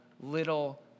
little